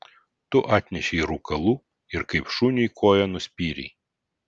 tu atnešei rūkalų ir kaip šuniui koja nuspyrei